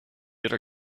other